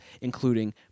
including